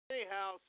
Anyhow